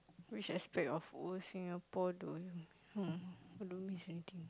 which aspect of old Singapore do you um I don't miss anything